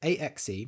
AXE